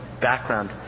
background